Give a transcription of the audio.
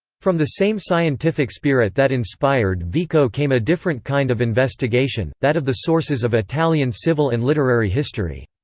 from the same scientific spirit that inspired vico came a different kind of investigation, that of the sources of italian civil and literary history.